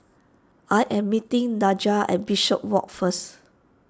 I am meeting Daja at Bishopswalk first